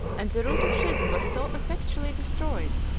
and the root of schism was so effectually destroyed,